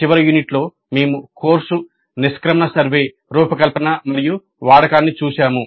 చివరి యూనిట్లో మేము కోర్సు నిష్క్రమణ సర్వే రూపకల్పన మరియు వాడకాన్ని చూశాము